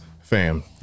fam